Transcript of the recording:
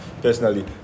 personally